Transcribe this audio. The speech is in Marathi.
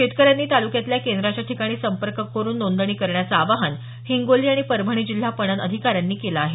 शेतकऱ्यांनी ताल्क्यातल्या केंद्राच्या ठिकाणी संपर्क करुन नोंदणी करण्याचं आवाहन हिंगोली आणि परभणी जिल्हा पणन अधिकाऱ्यांनी केलं आहे